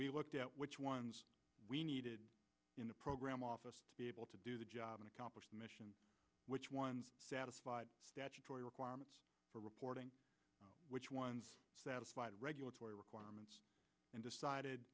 we looked at which ones we needed in the program office to be able to do the job and accomplish the mission which ones satisfied statutory requirements for reporting which ones satisfied regulatory requirements and decided